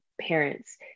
parents